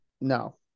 No